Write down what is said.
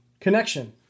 connection